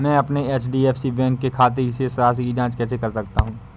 मैं अपने HDFC bank के खाते की शेष राशि की जाँच कैसे कर सकता हूँ?